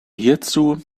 hierzu